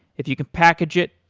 if you can package it,